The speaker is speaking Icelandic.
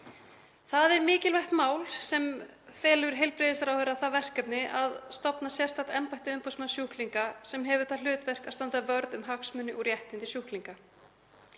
Það er mikilvægt mál sem felur heilbrigðisráðherra það verkefni að stofna sérstakt embætti umboðsmanns sjúklinga sem hefur það hlutverk að standa vörð um hagsmuni og réttindi sjúklinga.